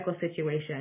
situation